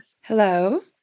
Hello